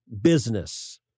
business